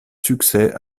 succès